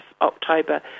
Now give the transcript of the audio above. October